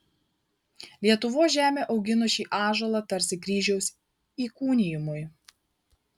lietuvos žemė augino šį ąžuolą tarsi kryžiaus įkūnijimui